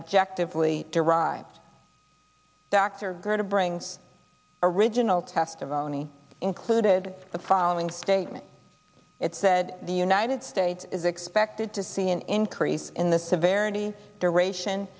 objectively derived dr gerda brings original testimony included the following statement it said the united states is expected to see an increase in the severity duration